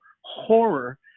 horror